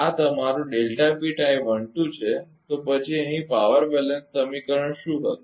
તેથી આ તમારો છે તો પછી અહીં પાવર બેલેન્સ સમીકરણ શું છે